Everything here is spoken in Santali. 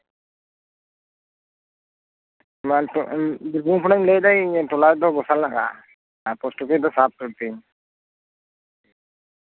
ᱢᱟ ᱱᱤᱛᱳᱜ ᱵᱤᱨᱵᱷᱩᱢ ᱠᱷᱚᱱᱤᱧ ᱞᱟᱹᱭᱮᱫᱟ ᱴᱚᱞᱟ ᱫᱚ ᱜᱷᱳᱥᱟᱞ ᱰᱟᱸᱜᱟ ᱟᱨ ᱯᱳᱥᱴ ᱚᱯᱷᱤᱥ ᱫᱚ ᱥᱟᱛ ᱛᱳᱲ ᱛᱤᱧ